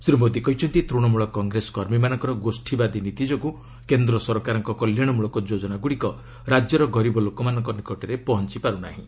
ଶ୍ରୀ ମୋଦି କହିଛନ୍ତି ତୃଣମୂଳ କଂଗ୍ରେସ କର୍ମୀମାନଙ୍କ ଗୋଷ୍ଠୀବାଦୀ ନୀତି ଯୋଗୁଁ କେନ୍ଦ୍ର ସରକାରଙ୍କ କଲ୍ୟାଣମୂଳକ ଯୋଜନାଗୁଡ଼ିକ ରାଜ୍ୟର ଗରିବ ଲୋକମାନଙ୍କ ନିକଟରେ ପହଞ୍ଚି ପାର୍ତ୍ନାହିଁ